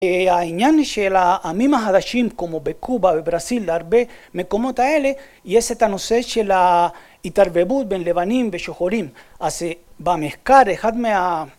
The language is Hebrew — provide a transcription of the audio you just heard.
העניין של העמים החדשים כמו בקובה ובברזיל והרבה מקומות האלה, יש את הנושא של ההתערבבות בין לבנים ושחורים, אז במחקר אחד מה...